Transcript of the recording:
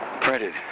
printed